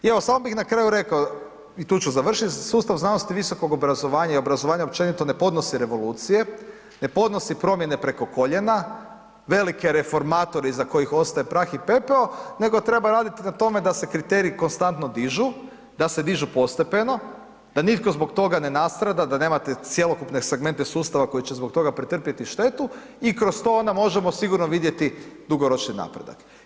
I evo samo bi na kraju rekao i tu ću završit, sustav znanosti i visokog obrazovanja i obrazovanja općenito ne podnosi revolucije, ne podnosi promjene preko koljena, velike reformatore iza kojih ostaje prah i pepeo nego treba raditi na tome da se kriteriji konstantno dižu, da se dižu postepeno, da nitko zbog toga ne nastrada, da nemate cjelokupne segmente sustava koji će zbog toga pretrpjeti štetu i kroz to onda možemo sigurni vidjeti dugoročni napredak.